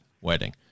wedding